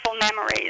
memories